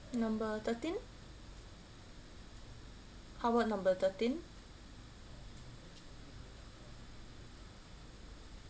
number thirteen how about number thirteen